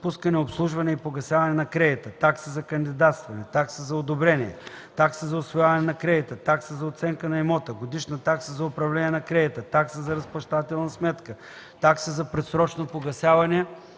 отпускане, обслужване и погасяване на кредита (такса за кандидатстване, такса за одобрение, такса за усвояване на кредита, такса за оценка на имота, годишна такса за управление на кредита, такса за разплащателна сметка, такса за предсрочно погасяване